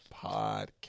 podcast